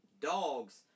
dogs